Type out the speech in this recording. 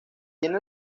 tiene